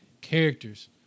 characters